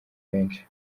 benshi